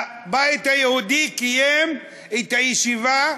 הבית היהודי קיים את הישיבה,